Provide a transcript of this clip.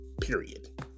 period